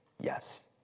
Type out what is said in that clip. Yes